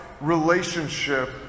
relationship